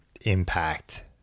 impact